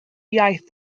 iaith